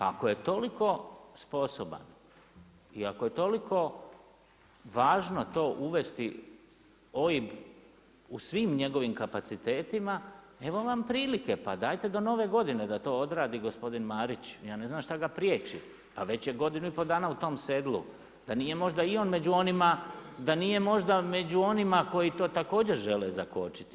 Ako je toliko sposoban i ako je toliko važno to uvesti OIB u svim njegovim kapacitetima, evo vam prilike pa dajte do nove godine da to odradi gospodin Marić, ja ne znam što ga prijeći, pa već je godinu i pol dana u tom sedlu, da nije možda i on među onima, da nije možda među onima koji to također žele zakočiti.